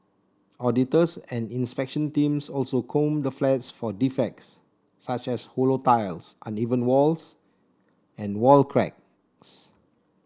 auditors and inspection teams also comb the flats for defects such as hollow tiles uneven walls and wall cracks